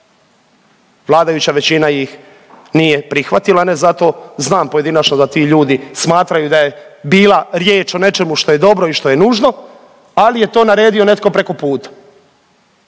vladajuća većina ih nije prihvatila, ne zato, znam pojedinačno da ti ljudi smatraju da je bila riječ o nečemu što je dobro i što je nužno, ali je to naredio netko preko puta